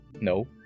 No